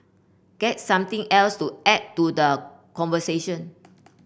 get something else to add to the conversation